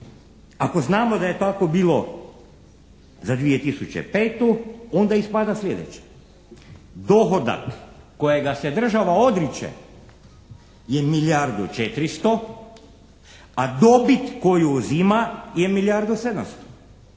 ako znamo da je tako bilo za 2005. onda ispada sljedeće. Dohodak kojega se država odriče je milijardu 400, a dobit koju uzima je milijardu 700.